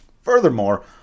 Furthermore